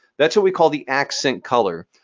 that's what we call the accent color.